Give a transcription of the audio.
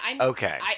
Okay